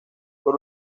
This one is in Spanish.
por